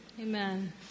Amen